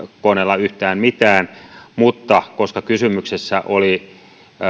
koneella yhtään mitään mutta koska kysymyksessä oli